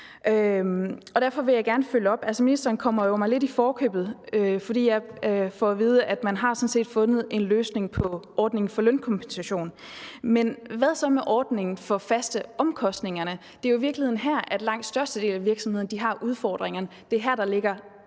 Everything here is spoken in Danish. derfor vil jeg gerne følge op på noget. Ministeren kommer mig jo lidt i forkøbet, fordi jeg får at vide, at man sådan set har fundet en løsning på ordningen for lønkompensation, men hvad så med ordningen for faste omkostninger? Det er i virkeligheden her, at langt størstedelen af virksomhederne har udfordringerne,